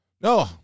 no